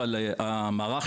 הדגש הוא על שיח מכבד ואמפטי,